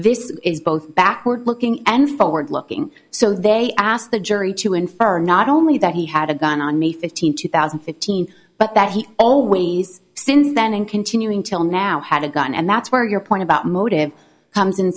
this is both backward looking and forward looking so they asked the jury to infer not only that he had a gun on may fifteenth two thousand and fifteen but that he always since then in continuing till now had a gun and that's where your point about motive comes in